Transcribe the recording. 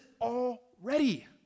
already